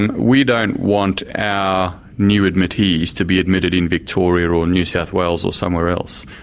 and we don't want our new admittees to be admitted in victoria or or new south wales or somewhere else.